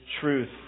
truth